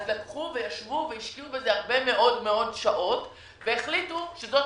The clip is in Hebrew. אז ישבו והשקיעו בזה הרבה מאוד שעות והחליטו שזו